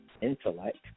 Intellect